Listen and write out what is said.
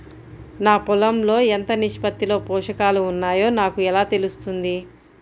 నా పొలం లో ఎంత నిష్పత్తిలో పోషకాలు వున్నాయో నాకు ఎలా తెలుస్తుంది?